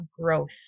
growth